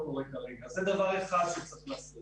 דבר שני שצריך לעשות